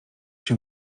się